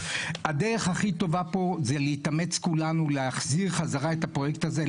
הדרך הכי טובה פה זה להתאמץ כולנו להחזיר חזרה את הפרויקט הזה,